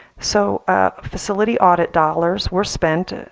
so facility audit dollars were spent,